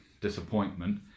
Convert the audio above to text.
disappointment